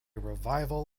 revival